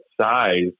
size